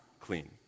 clean